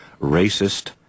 racist